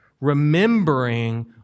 remembering